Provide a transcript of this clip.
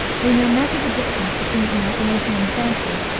we may measure the distance between imagination and fancy,